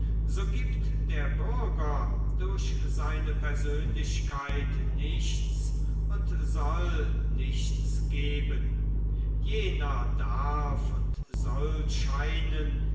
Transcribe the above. so gibt der bürger durch seine persönlichkeit nichts und soll nichts geben jener darf und soll scheinen